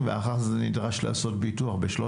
ונדרש לעשות ביטוח ביותר